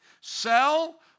sell